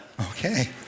Okay